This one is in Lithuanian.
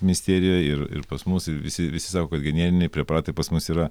misterijoj ir ir pas mus ir visi visi sako kad generiniai preparatai pas mus yra